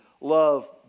love